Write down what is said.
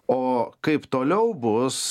o kaip toliau bus